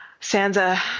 Sansa